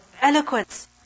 eloquence